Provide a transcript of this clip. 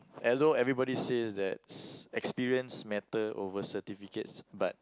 although everybody says that experience matter over certificates but